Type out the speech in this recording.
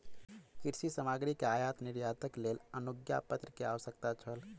कृषि सामग्री के आयात निर्यातक लेल अनुज्ञापत्र के आवश्यकता छल